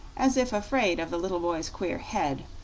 as if afraid of the little boy's queer head,